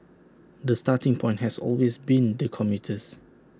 the starting point has always been the commuters